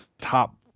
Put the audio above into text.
top